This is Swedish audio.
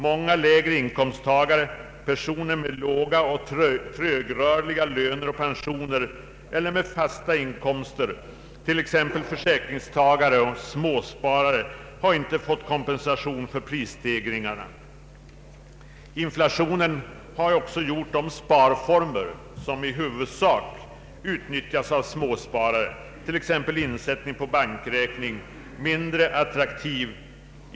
Många lägre inkomsttagare, personer med låga och trögrörliga löner, pensioner eller fasta inkomster, t.ex. försäkringstagare och småsparare, har inte fått kompensation för prisstegringarna. Inflationen har också gjort de sparformer som i huvudsak utnyttjas av småsparare, t.ex. insättning på bankräkning, mindre attraktiva.